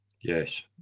yes